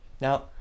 now